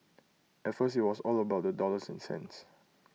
at first IT was all about the dollars and cents